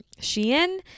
Shein